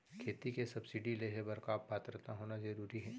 खेती के सब्सिडी लेहे बर का पात्रता होना जरूरी हे?